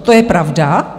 To je pravda.